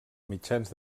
mitjans